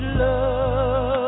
love